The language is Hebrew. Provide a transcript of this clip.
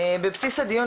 בבסיס הדיון,